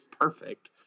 perfect